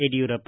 Yediyurappa